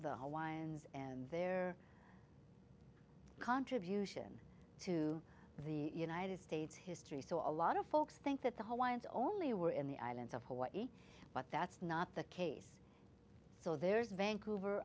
the hawaiians and their contribution to the united states history so a lot of folks think that the whole want only were in the islands of hawaii but that's not the case so there's vancouver